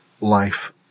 life